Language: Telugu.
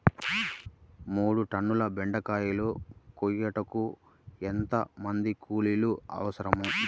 మూడు టన్నుల బెండకాయలు కోయుటకు ఎంత మంది కూలీలు అవసరం?